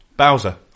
Bowser